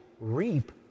reap